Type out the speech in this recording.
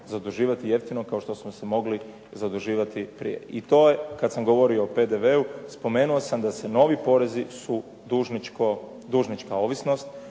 zaduživati jeftino kao što smo se mogli zaduživati prije i to je kad sam govorio o PDV-u, spomenuo sam da se novi porezi su dužnička ovisnost,